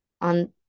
on